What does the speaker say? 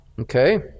okay